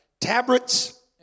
tabrets